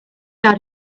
out